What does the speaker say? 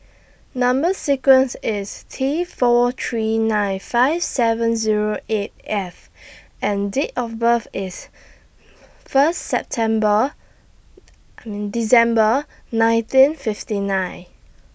Number sequence IS T four three nine five seven Zero eight F and Date of birth IS First September December nineteen fifty nine